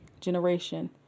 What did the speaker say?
generation